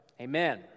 Amen